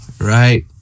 right